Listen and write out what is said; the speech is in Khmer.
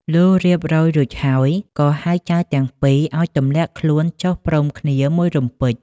លុះរៀបរយរួចហើយ ក៏ហៅចៅទាំងពីរឱ្យទម្លាក់ខ្លួនចុះព្រមគ្នាមួយរំពេច។